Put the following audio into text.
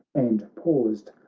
and paused,